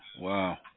wow